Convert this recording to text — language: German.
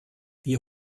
wie